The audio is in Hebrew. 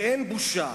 ואין בושה.